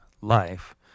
life